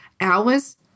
hours